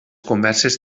converses